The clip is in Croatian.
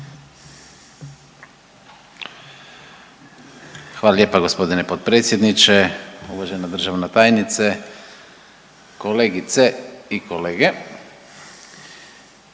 Hvala lijepa gospodine potpredsjedniče. Uvažena državna tajnice, kolegice i kolege,